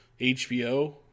HBO